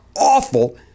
awful